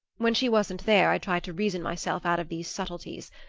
when she wasn't there i tried to reason myself out of these subtleties.